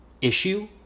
issue